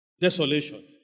desolation